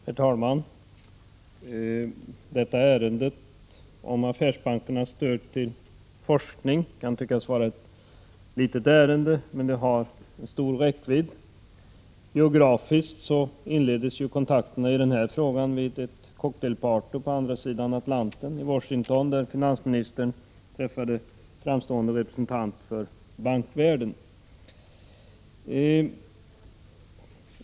Herr talman! Ärendet om affärsbankernas stöd till forskning kan tyckas vara ett litet ärende, men det har stor räckvidd. Geografiskt inleddes ju kontakterna i denna fråga vid ett cocktailparty på andra sidan Atlanten, i Washington, där finansministern träffade en framstående representant för bankvärlden.